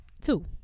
Two